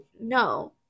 No